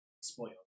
spoiled